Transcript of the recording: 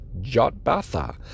Jotbatha